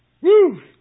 Woo